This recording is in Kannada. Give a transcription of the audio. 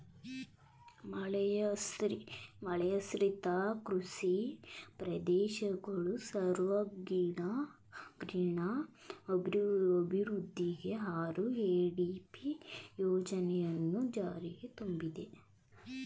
ಮಳೆಯಾಶ್ರಿತ ಕೃಷಿ ಪ್ರದೇಶಗಳು ಸರ್ವಾಂಗೀಣ ಅಭಿವೃದ್ಧಿಗೆ ಆರ್.ಎ.ಡಿ.ಪಿ ಯೋಜನೆಯನ್ನು ಜಾರಿಗೆ ತಂದಿದೆ